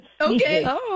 Okay